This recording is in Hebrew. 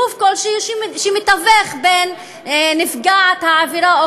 גוף כלשהו שמתווך בין נפגעת העבירה או